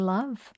Love